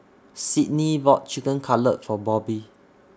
Sydni bought Chicken Cutlet For Bobbie